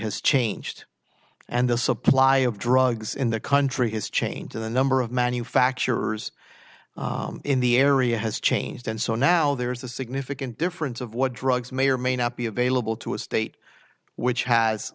has changed and the supply of drugs in the country has changed in the number of manufacturers in the area has changed and so now there is a significant difference of what drugs may or may not be available to a state which has